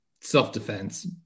Self-defense